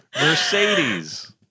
Mercedes